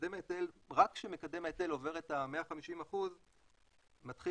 רק כשמקדם ההיטל עובר את ה-150% מתחיל